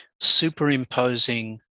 superimposing